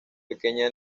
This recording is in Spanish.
pequeña